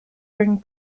bring